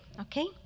okay